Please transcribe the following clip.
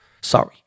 Sorry